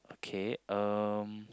okay um